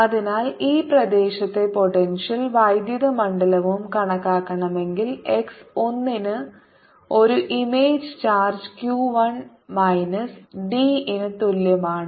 അതിനാൽ ഈ പ്രദേശത്തെ പോട്ടെൻഷ്യൽ വൈദ്യുത മണ്ഡലവും കണക്കാക്കണമെങ്കിൽ x 1 ന് ഒരു image charge q 1 minus d ന് തുല്യമാണ്